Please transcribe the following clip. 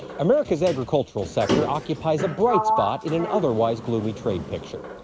america's agricultural sector occupies a bright spot in an otherwise gloomy trade picture.